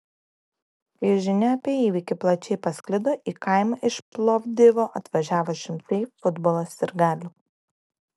kai žinia apie įvykį plačiai pasklido į kaimą iš plovdivo atvažiavo šimtai futbolo sirgalių